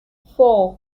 four